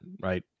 right